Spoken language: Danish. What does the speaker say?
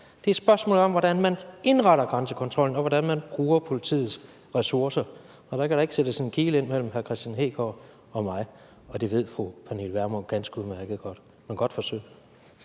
Det er et spørgsmål om, hvordan man indretter grænsekontrollen, og hvordan man bruger politiets ressourcer, og vedrørende det kan der ikke sættes en kile ind mellem hr. Kristian Hegaard og mig, og det ved fru Pernille Vermund ganske udmærket godt. Men godt forsøgt.